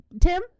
Tim